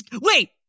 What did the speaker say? Wait